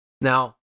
Now